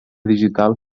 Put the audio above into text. digital